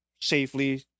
safely